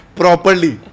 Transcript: properly